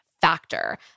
Factor